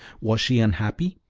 was she unhappy?